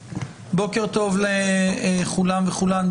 בוקר טוב לכולם ולכולן,